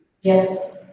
Yes